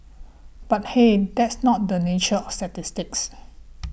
but hey that's not the nature of statistics